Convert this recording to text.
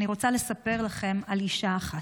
אני רוצה לספר לכם על אישה אחת,